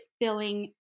filling